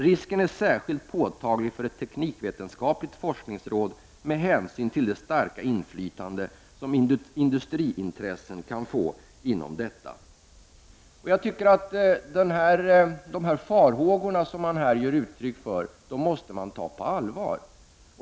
Risken är särskilt påtaglig för ett teknikvetenskapligt forskningsråd med hänsyn till det starka inflytande som industriintressen kan få inom detta,” Jag anser att man måste ta de farhågor som här kommer till uttryck på allvar.